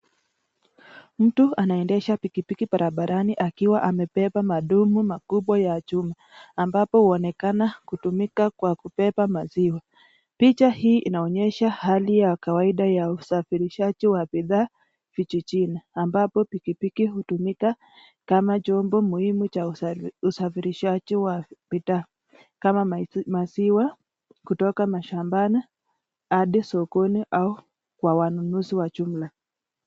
Mtu anaendesha pikipiki barabarani akiwa amebeba madumu makubwa ya chuma, ambapo huonekana kutumika kwa kubeba maziwa. Picha hii inaonyesha hali ya kawaida ya usafirishaji wa bidhaa vijijini, ambapo pikipiki hutumika kama chombo muhimu cha usafirishaji wa bidhaa kama maziwa kutoka mashambani hadi sokoni au kwa wanunuzi wa jumla.